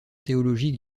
théologiques